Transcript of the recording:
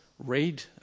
read